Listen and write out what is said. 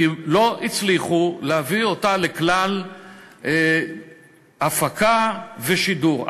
כי לא הצליחו להביא אותה לכלל הפקה ושידור,